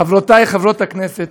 חברותי חברות הכנסת,